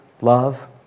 love